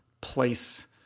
place